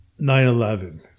9-11